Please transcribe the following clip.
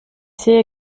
sehe